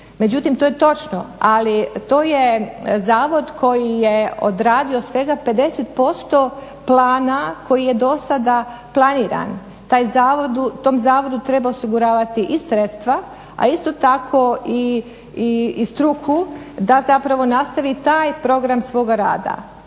potresa, to je točno. Ali to je zavod koji je odradio svega 50% plana koji je do sada planiran. Tom zavodu treba osiguravati i sredstva, a isto tako i struku da nastavi taj program svoga rada.